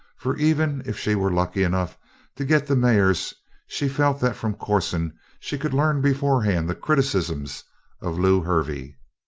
for even if she were lucky enough to get the mares she felt that from corson she could learn beforehand the criticisms of lew hervey.